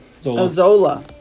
Zola